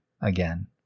again